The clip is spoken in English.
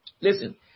listen